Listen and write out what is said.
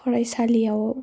फरायसालियाव